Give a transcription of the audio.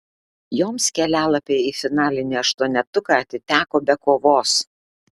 joms kelialapiai į finalinį aštuonetuką atiteko be kovos